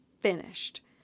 finished